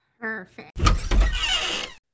Perfect